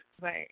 Right